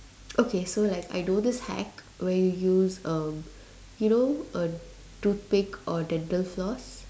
okay so like I do this hack where you use uh you know a tooth paste or dental floss